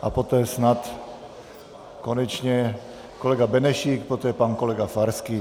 A poté snad konečně kolega Benešík, poté pan kolega Farský.